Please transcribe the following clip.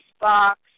box